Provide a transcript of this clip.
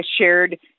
shared